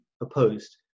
opposed